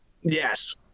yes